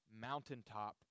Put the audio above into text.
mountaintop